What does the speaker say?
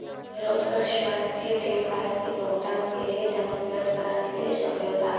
payroll कर स्वास्थ्य देखभाल के भुगतान के लिए धन उपलब्ध कराने के लिए समझौता है